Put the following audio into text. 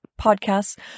podcasts